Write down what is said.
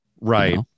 Right